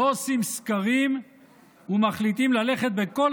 "לא עושים סקרים ומחליטים ללכת בכל